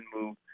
move